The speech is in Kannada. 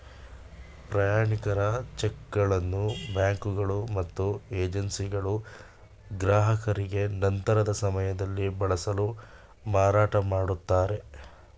ಪ್ರಯಾಣಿಕರ ಚಿಕ್ಗಳನ್ನು ಬ್ಯಾಂಕುಗಳು ಮತ್ತು ಏಜೆನ್ಸಿಗಳು ಗ್ರಾಹಕರಿಗೆ ನಂತರದ ಸಮಯದಲ್ಲಿ ಬಳಸಲು ಮಾರಾಟಮಾಡುತ್ತದೆ